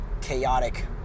chaotic